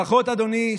ברכות, אדוני.